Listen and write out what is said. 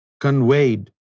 conveyed